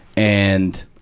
and,